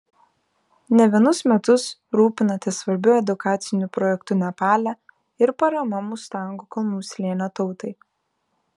ne vienus metus rūpinatės svarbiu edukaciniu projektu nepale ir parama mustango kalnų slėnio tautai